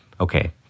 Okay